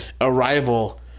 arrival